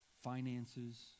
finances